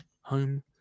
home